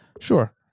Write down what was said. sure